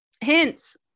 Hints